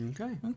Okay